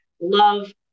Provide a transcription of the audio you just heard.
love